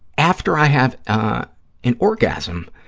after i have an orgasm,